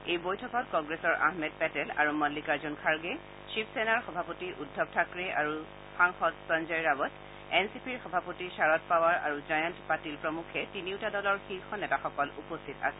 এই বৈঠকত কংগ্ৰেছৰ আহমেদ পেটেল আৰু মল্লিকাৰ্জুন খাৰ্গে শিৱসেনাৰ সভাপতি উদ্ধৱ থাক্ৰে আৰু সাংসদ সঞ্জয় ৰাৱট এন চি পিৰ সভাপতি শাৰদ পাৱাৰ আৰু জয়ন্ত পাটিল প্ৰমুখ্যে তিনিওটা দলৰ শীৰ্ষ নেতাসকল উপস্থিত আছিল